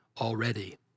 already